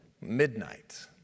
midnight